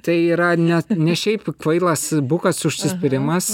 tai yra ne ne šiaip kvailas bukas užsispyrimas